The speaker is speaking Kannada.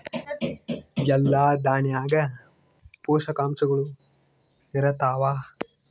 ಎಲ್ಲಾ ದಾಣ್ಯಾಗ ಪೋಷಕಾಂಶಗಳು ಇರತ್ತಾವ?